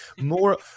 more